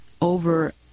over